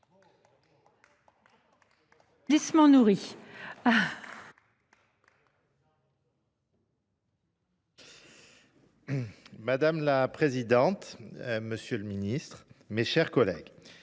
Madame la présidente, monsieur le ministre, mes chers collègues,